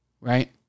Right